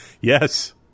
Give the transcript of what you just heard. Yes